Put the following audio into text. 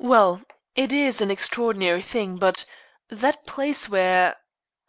well, it is an extraordinary thing, but that place where